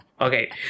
Okay